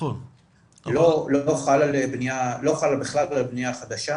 לא חל בכלל על בנייה חדשה